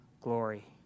glory